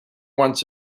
once